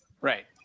Right